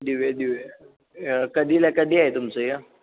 देऊया देऊया कधीला कधी आहे तुमचं या